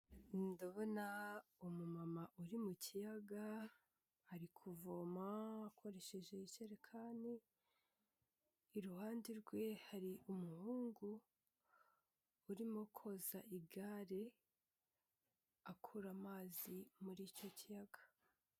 Ndabona umumama uri mu kiyaga ari kuvoma akoresheje ijerekani, iruhande rwe hari umuhungu urimo koza igare akura amazi muri icyo kiyaga.